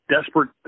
desperate